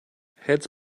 heads